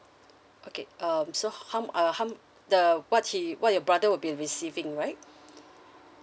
okay um so hum uh hum the what he what your brother will be receiving right